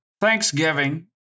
Thanksgiving